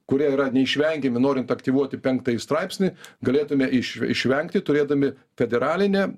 kurie yra neišvengiami norint aktyvuoti penktąjį straipsnį galėtume iš išvengti turėdami federalinę